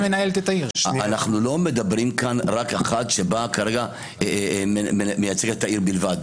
אנחנו לא מדברים כאן על אחד שבא כרגע ומייצג את העיר בלבד.